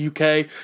UK